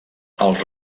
els